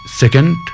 second